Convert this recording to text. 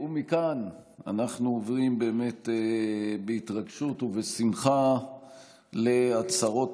ומכאן אנחנו עוברים באמת בהתרגשות ובשמחה להצהרות